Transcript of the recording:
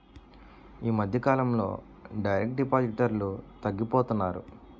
ఈ మధ్యకాలంలో డైరెక్ట్ డిపాజిటర్లు తగ్గిపోతున్నారు